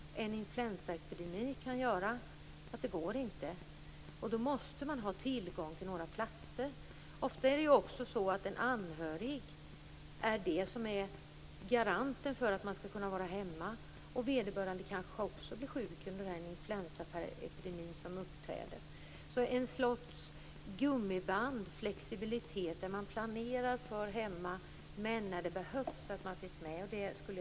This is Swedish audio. En influensaepidemi kan göra att det inte går. Då måste det finnas tillgång till vårdplatser. Ofta är det en anhörig som är garanten för att man skall kunna vara hemma, och vederbörande kanske också blir sjuk under den influensaepidemi som uppträder. Det borde finnas någon sorts gummiband, en flexibilitet där man planerar för boende hemma men med möjlighet till vårdplats vid behov.